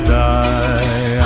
die